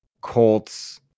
Colts